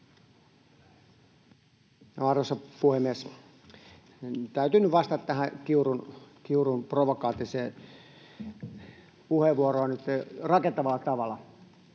Arvoisa puhemies! Täytyy nyt vastata tähän Kiurun provokatiiviseen puheenvuoroon rakentavalla tavalla.